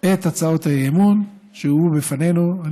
את הצעות האי-אמון שהובאו בפנינו.